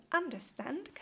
understand